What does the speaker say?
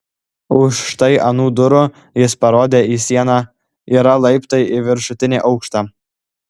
už štai anų durų jis parodė į sieną yra laiptai į viršutinį aukštą